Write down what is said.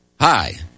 Hi